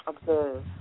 observe